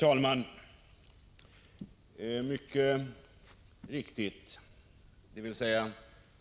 Herr talman!